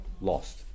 lost